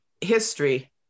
history